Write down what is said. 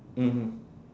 mmhmm